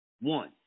one